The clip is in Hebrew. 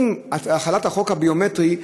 עם החלת החוק הביומטרי,